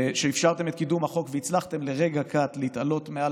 שאפשרתם את קידום החוק והצלחתם לרגע קט להתעלות מעל